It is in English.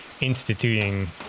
instituting